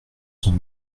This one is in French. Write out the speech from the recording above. sont